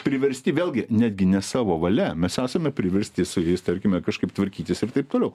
priversti vėlgi netgi ne savo valia mes esame priversti su jais tarkime kažkaip tvarkytis ir taip toliau